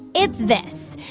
it's this.